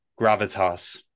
gravitas